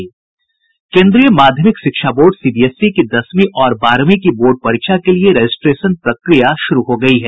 केन्द्रीय माध्यमिक शिक्षा बोर्ड सीबीएसई की दसवीं और बारहवीं की बोर्ड परीक्षा के लिए रजिस्ट्रेशन प्रक्रिया शुरू हो गयी है